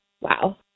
Wow